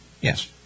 yes